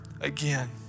again